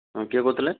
ହଁ କିଏ କହୁଥିଲେ